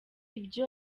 ibyo